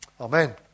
Amen